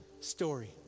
story